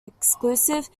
exclusive